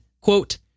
quote